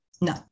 No